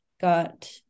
got